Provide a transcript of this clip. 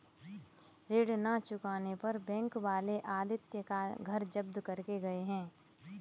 ऋण ना चुकाने पर बैंक वाले आदित्य का घर जब्त करके गए हैं